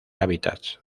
hábitats